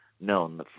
known